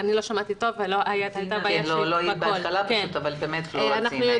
לא שמעתי טוב --- לא היית בהתחלה אבל באמת פלורה ציינה את זה.